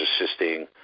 assisting